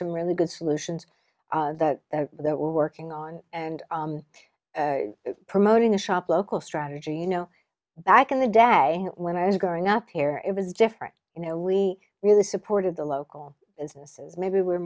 some really good solutions that they're all working on and promoting the shop local strategy you know back in the day when i was growing up here it was different you know we really supported the local businesses maybe we're